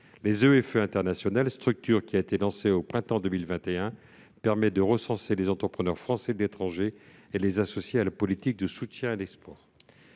à EFE International, structure lancée au printemps 2021, qui permet de recenser les entrepreneurs français de l'étranger et de les associer à la politique de soutien à l'export.